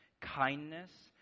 kindness